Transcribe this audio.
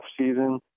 offseason